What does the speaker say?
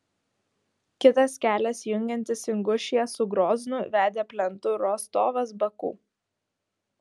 kitas kelias jungiantis ingušiją su groznu vedė plentu rostovas baku